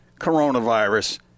coronavirus